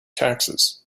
taxes